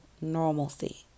normalcy